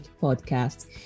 podcast